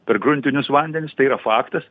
per gruntinius vandenis tai yra faktas